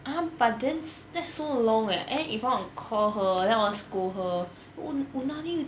ah but then that's so long eh and then if I want to call her then I want to scold her unagi